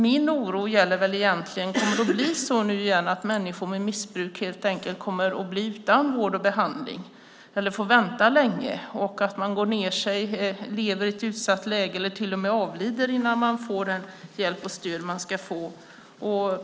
Min oro gäller alltså egentligen om det kommer att bli så nu igen att människor med missbruk helt enkelt blir utan vård och behandling eller att de får vänta så länge att de går ned sig, lever i ett utsatt läge och till med avlider innan de får den hjälp och det stöd de ska få.